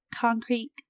concrete